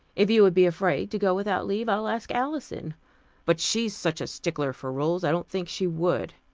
if you would be afraid to go without leave, i'll ask alison but she's such a stickler for rules, i didn't think she would.